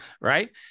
right